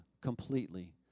completely